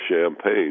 Champagne